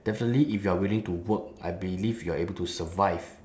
definitely if you're willing to work I believe you're able to survive